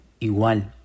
igual